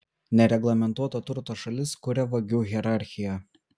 nereglamentuoto turto šalis kuria vagių hierarchiją